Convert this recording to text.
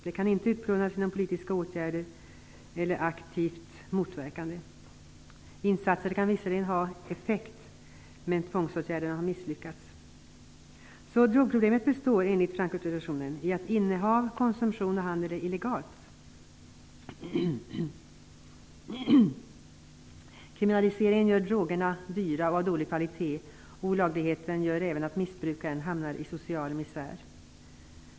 Det kan inte utplånas genom politiska åtgärder eller aktivt motverkas. Insatser kan visserligen ha effekt, men tvångsåtgärderna har misslyckats. Drogproblemet består enligt Frankfurtresolutionen i att innehav, konsumtion och handel är illegalt. Kriminaliseringen gör drogerna dyra och de är av dålig kvalitet. Olagligheten gör även att missbrukaren hamnar i social misär.